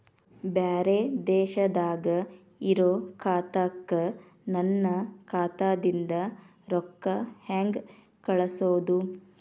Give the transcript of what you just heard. ಬ್ಯಾರೆ ದೇಶದಾಗ ಇರೋ ಖಾತಾಕ್ಕ ನನ್ನ ಖಾತಾದಿಂದ ರೊಕ್ಕ ಹೆಂಗ್ ಕಳಸೋದು?